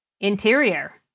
Interior